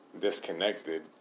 disconnected